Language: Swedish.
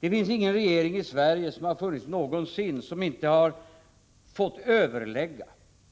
Det har inte någonsin funnits en regering i Sverige som inte fått överlägga